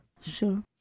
Sure